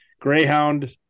Greyhound